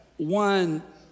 one